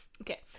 Okay